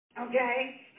Okay